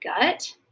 gut